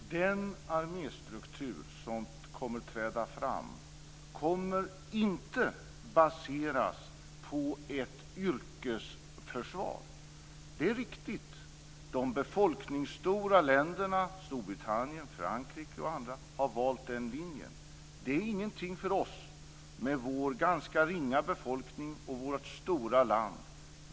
Fru talman! Den arméstruktur som kommer att träda fram kommer inte att baseras på ett yrkesförsvar. Det är riktigt. De befolkningsstora länderna Storbritannien, Frankrike och andra har valt den linjen. Det är ingenting för oss, med vår ganska ringa befolkning och vårt stora land.